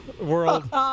World